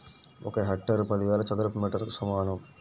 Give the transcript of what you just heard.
ఒక హెక్టారు పదివేల చదరపు మీటర్లకు సమానం